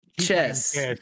chess